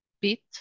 bit